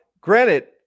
granted